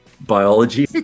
biology